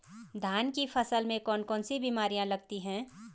धान की फसल में कौन कौन सी बीमारियां लगती हैं?